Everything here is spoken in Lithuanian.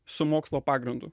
su mokslo pagrindu